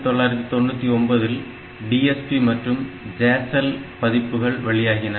1999 ல் DSP மற்றும் Jazelle பதிப்புகள் வெளியாகின